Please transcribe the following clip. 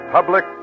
Public